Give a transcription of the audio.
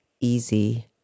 easy